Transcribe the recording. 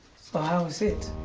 how is it?